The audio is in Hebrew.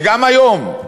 וגם היום,